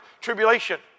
tribulation